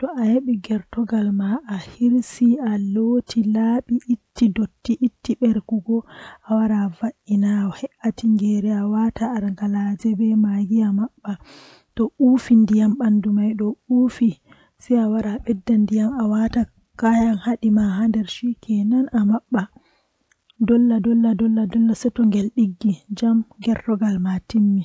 Ko ɗum no waawugol, kono neɗɗo waɗataa waɗde heɓde sooyɗi e waɗal ɓuri. Nde a waawi heɓde sooyɗi, ɗuum njogitaa goongɗi e jam e laaɓugol. Kono nde a heɓi njogordu e respect, ɗuum woodani waawugol ngir heɓde hakkilagol e njarɗi, njikataaɗo goongɗi. Nde e waɗi wattan, ko waɗa heɓde respet e ɓuri jooni.